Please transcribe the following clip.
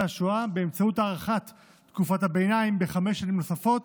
השואה באמצעות הארכת תקופת הביניים בחמש שנים נוספות,